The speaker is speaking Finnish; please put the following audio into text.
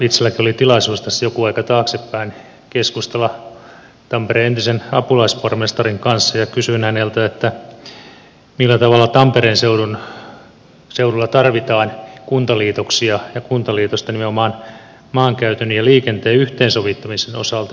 itselläkin oli tilaisuus tässä joku aika taaksepäin keskustella tampereen entisen apulaispormestarin kanssa ja kysyin häneltä millä tavalla tampereen seudulla tarvitaan kuntaliitoksia ja kuntaliitosta nimenomaan maankäytön ja liikenteen yhteensovittamisen osalta